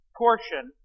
portion